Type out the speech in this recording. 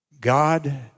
God